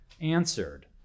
answered